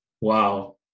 wow